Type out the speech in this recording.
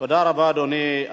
תודה רבה, אדוני.